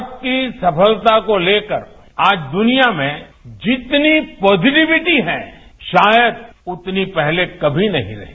भारत की सफलता को लेकर आज दुनिया में जितनी पॉजिटिविटी है शायद उतनी पहले कभी नहीं हुई